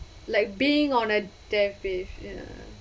like being on a deathbed ya